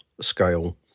scale